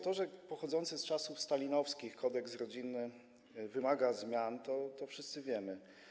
To, że pochodzący z czasów stalinowskich kodeks rodzinny wymaga zmian, to wszyscy wiemy.